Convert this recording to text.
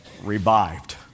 revived